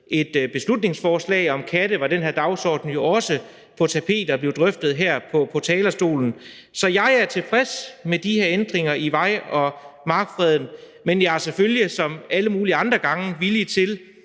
et beslutningsforslag om katte. Da var den her dagsorden jo også på tapetet og blev drøftet her i Folketingssalen. Så jeg er som sagt tilfreds med de her ændringer i mark- og vejfredsloven, men jeg er selvfølgelig, ligesom alle mulige andre gange, villig til